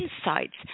insights